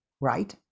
right